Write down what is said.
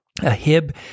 Ahib